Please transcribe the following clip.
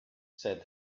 said